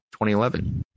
2011